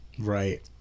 Right